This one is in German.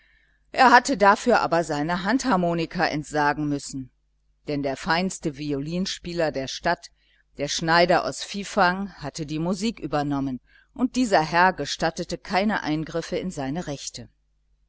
er hatte dafür aber seiner handharmonika entsagen müssen denn der feinste violinspieler der gegend der schneider aus fifang hatte die musik übernommen und dieser herr gestattete keine eingriffe in seine rechte